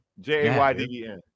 J-A-Y-D-E-N